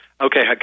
okay